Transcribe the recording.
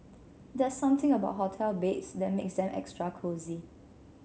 there's something about hotel beds that makes them extra cosy